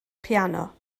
piano